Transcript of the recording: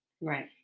Right